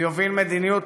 ויוביל מדיניות